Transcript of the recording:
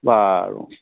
বাৰু